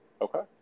Okay